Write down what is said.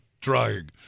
trying